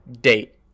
date